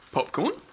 Popcorn